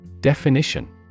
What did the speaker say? Definition